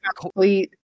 complete